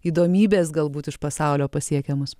įdomybės galbūt iš pasaulio pasiekiamos